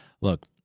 look